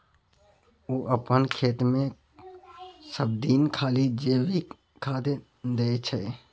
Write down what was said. ओ अपन खेतमे सभदिन खाली जैविके खाद दै छै